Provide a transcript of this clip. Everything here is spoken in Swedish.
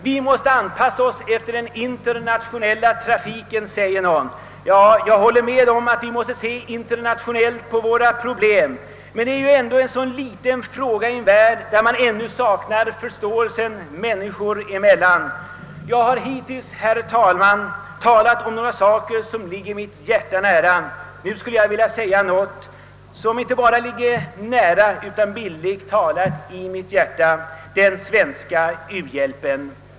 Vi måste anpassa oss efter den internationella trafiken, säger någon. Ja, jag håller med om att vi måste se internationellt på våra problem. Men trafiken är en så liten fråga i en värld där man ännu saknar förståelse människor emellan. Jag har hittills, herr talman, talat om några saker som ligger mitt hjärta nära. Nu skulle jag vilja säga något som inte bara ligger nära utan bildlikt talat i mitt hjärta — den svenska u-landshjälpen.